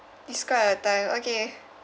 describe a time okay